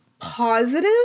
positive